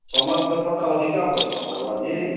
ସମାଜ ପେପର୍ଟା ଅଧିକା ପଇସା ପଡ଼୍ବା ଯେ